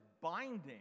binding